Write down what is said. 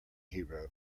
hero